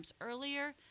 earlier